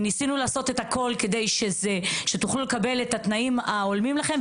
וניסינו לעשות את הכול כדי שתוכלו לקבל את התנאים ההולמים לכם,